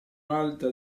alta